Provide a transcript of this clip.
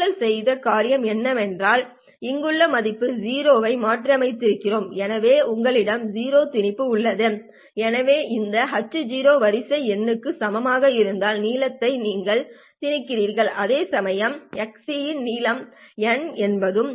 நாங்கள் செய்த காரியம் என்னவென்றால் இங்குள்ள மதிப்பு 0 ஐ மாற்றியமைத்திருக்கிறோம் எனவே உங்களிடம் 0 திணிப்பு உள்ளது எனவே இந்த h வரிசை n க்கு சமமாக இருந்தால் நீளத்தை நீங்கள் திணித்திருக்கிறீர்கள் அதேசமயம் xc இன் நீளம் n என்பதும்